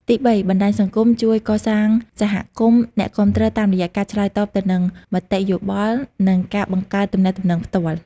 ទីបី បណ្ដាញសង្គមជួយកសាងសហគមន៍អ្នកគាំទ្រតាមរយៈការឆ្លើយតបទៅនឹងមតិយោបល់ និងការបង្កើតទំនាក់ទំនងផ្ទាល់។